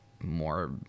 more